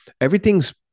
Everything's